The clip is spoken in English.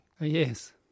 Yes